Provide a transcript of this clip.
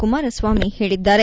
ಕುಮಾರಸ್ವಾಮಿ ಹೇಳಿದ್ದಾರೆ